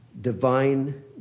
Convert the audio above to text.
divine